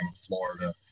Florida